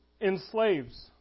enslaves